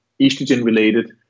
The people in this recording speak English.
estrogen-related